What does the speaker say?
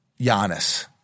Giannis